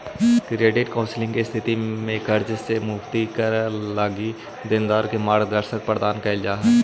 credit counselling के स्थिति में कर्ज से मुक्ति क लगी देनदार के मार्गदर्शन प्रदान कईल जा हई